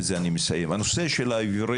בזה אני מסיים: נושא העברית.